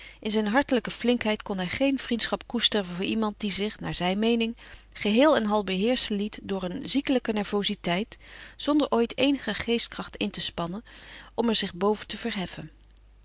in zijn hartelijke flinkheid kon hij geen vriendschap koesteren voor iemand die zich naar zijn meening geheel en al beheerschen liet door een ziekelijke nervoziteit zonder ooit eenige geestkracht in te spannen om er zich boven te verheffen